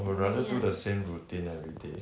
for me ah